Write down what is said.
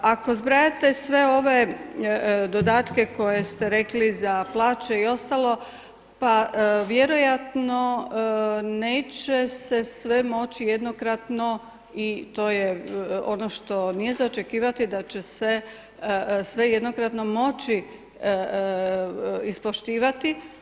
Ako zbrajate sve ove dodatke koje ste rekli za plaće i ostalo, pa vjerojatno neće se sve moći jednokratno i to je ono što nije za očekivati da će se sve jednokratno moći ispoštivati.